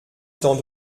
temps